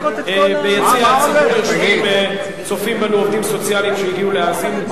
ביציע הציבור צופים בנו עובדים סוציאליים שהגיעו להאזין לנו,